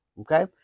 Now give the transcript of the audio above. okay